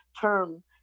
term